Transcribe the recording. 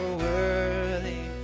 worthy